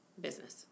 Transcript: business